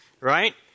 Right